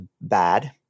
bad